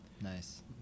Nice